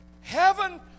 heaven